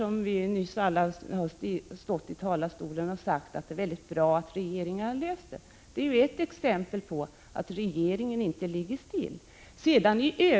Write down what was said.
Många har från talarstolen sagt att det var väldigt bra att regeringen löste den. Det är ett exempel på att regeringen inte ligger still.